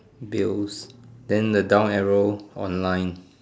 bills then the down arrow online